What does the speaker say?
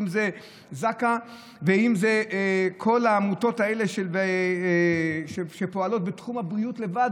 ואם זה זק"א ואם זה כל העמותות האלה שפועלות בתחום הבריאות לבד,